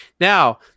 Now